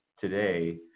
today